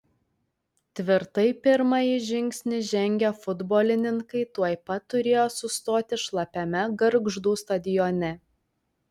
tvirtai pirmąjį žingsnį žengę futbolininkai tuoj pat turėjo sustoti šlapiame gargždų stadione